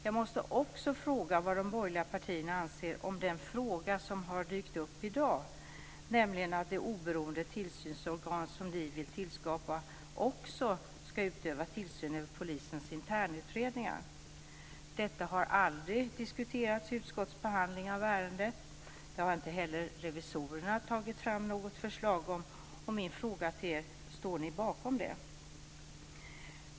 Jag måste också fråga vad de borgerliga partierna anser om den fråga som har dykt upp i dag, nämligen att det oberoende tillsynsorgan ni vill skapa också ska utöva tillsyn över polisens internutredningar. Detta har aldrig diskuterats i utskottets behandling av ärendet. Det har inte heller revisorerna tagit fram något förslag om. Står ni bakom det?